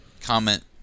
comment